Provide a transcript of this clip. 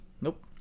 Nope